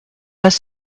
pas